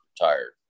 retired